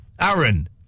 Aaron